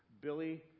Billy